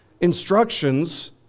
instructions